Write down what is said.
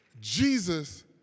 Jesus